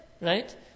right